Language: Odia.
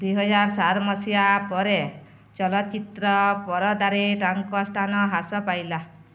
ଦୁଇ ହଜାର ସାତ ମସିହା ପରେ ଚଳଚ୍ଚିତ୍ର ପରଦାରେ ତାଙ୍କ ସ୍ଥାନ ହ୍ରାସ ପାଇଲା